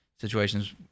situations